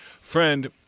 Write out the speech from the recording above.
Friend